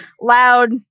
loud